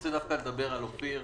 רוצה דווקא לדבר על אופיר.